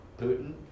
Putin